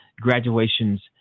graduations